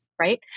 Right